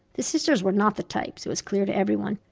the sisters were not the types, it was clear to everyone,